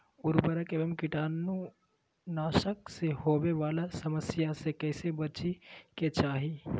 उर्वरक एवं कीटाणु नाशक से होवे वाला समस्या से कैसै बची के चाहि?